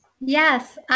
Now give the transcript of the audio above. Yes